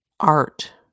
art